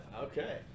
Okay